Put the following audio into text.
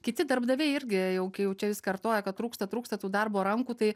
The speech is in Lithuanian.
kiti darbdaviai irgi jau kai jau čia vis kartoja kad trūksta trūksta tų darbo rankų tai